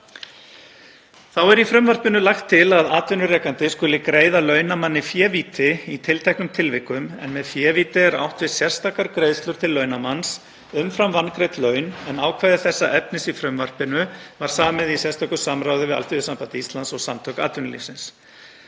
Þá er í frumvarpinu lagt til að atvinnurekandi skuli greiða launamanni févíti í tilteknum tilvikum. Með févíti er átt við sérstakar greiðslur til launamanns umfram vangreidd laun en ákvæði þessa efnis í frumvarpinu var samið í sérstöku samráði við Alþýðusamband Íslands og Samtök atvinnulífsins.